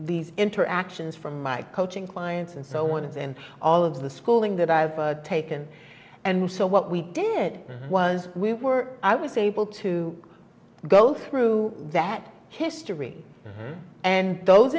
these interactions from my coaching clients and so on is in all of the schooling that i've taken and so what we did was we were i was able to go through that history and those